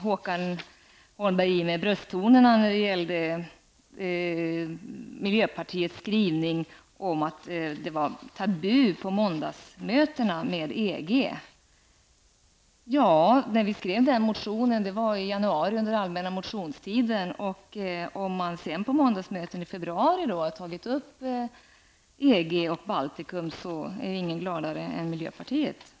Håkan Holmberg tog i med brösttoner när det gällde miljöpartiets skrivning om att det varit tabu att ta upp EG på måndagsmötena. Vi skrev motionen i fråga under allmänna motionstiden i januari. Om man sedan på måndagsmöten i februari har tagit upp EG och Baltikum är inga gladare än vi i miljöpartiet.